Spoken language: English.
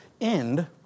end